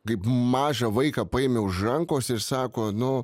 kaip mažą vaiką paėmė už rankos ir sako nu